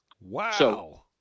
Wow